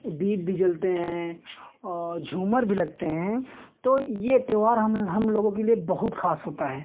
और दीप भी जलते हैं और झूमर भी लगते हैं तो यह त्योहार हम हमलोगों के लिए बहुत खास होता है